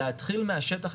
להתחיל מהשטח,